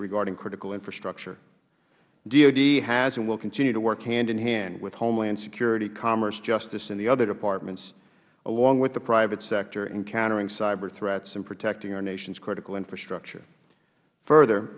regarding critical infrastructure dod has and will continue to work hand in hand with homeland security commerce justice and the other departments along with the private sector in countering cyber threats and protecting our nation's critical infrastructure further